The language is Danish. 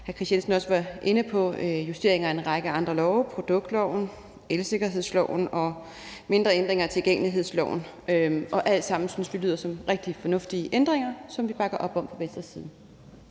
Skriver også var inde på, justeringer af en række andre love, bl.a. produktloven, elsikkerhedsloven og mindre ændringer af tilgængelighedsloven. Alt sammen synes vi lyder som rigtig fornuftige ændringer, som vi bakker op om fra Venstres side.